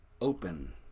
open